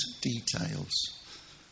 details